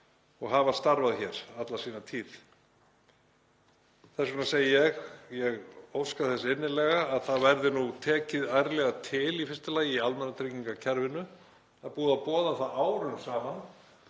og hafa starfað hér alla sína tíð? Þess vegna segi ég: Ég óska þess innilega að það verði tekið ærlega til í fyrsta lagi í almannatryggingakerfinu. Það er búið að boða það árum saman